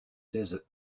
desert